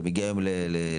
אתה מגיע היום למיון,